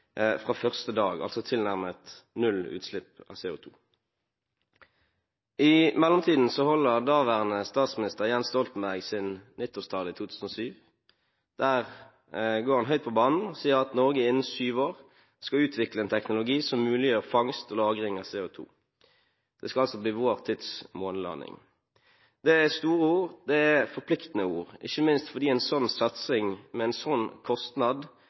fra første dag, altså tilnærmet nullutslipp av CO2. I mellomtiden holder daværende statsminister Jens Stoltenberg sin nyttårstale i 2007. Der går han høyt på banen og sier at Norge innen syv år skal utvikle en teknologi som muliggjør fangst og lagring av CO2. Det skal bli vår tids månelanding. Det er store ord, det er forpliktende ord, ikke minst fordi en slik satsing med en slik kostnad